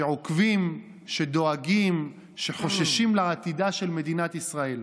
שעוקבים, שדואגים, שחוששים לעתידה של מדינת ישראל.